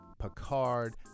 Picard